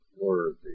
worthy